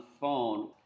phone